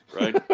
Right